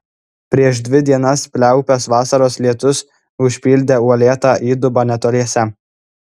prieš dvi dienas pliaupęs vasaros lietus užpildė uolėtą įdubą netoliese